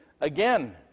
again